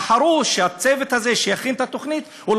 בחרו שהצוות הזה שהכין את התוכנית לא